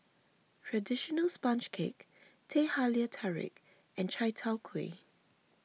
Traditional Sponge Cake Teh Halia Tarik and Chai Tow Kway